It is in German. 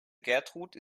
gertrud